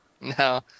No